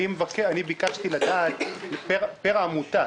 ביקשתי לדעת פר עמותה.